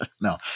no